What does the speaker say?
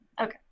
Okay